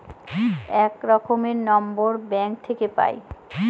এক রকমের number bank থাকে পাই